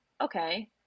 okay